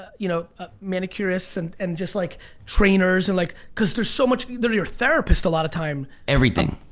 you know ah manicurists and and just like trainers and like cause there's so much there your therapist a lot of time. everything,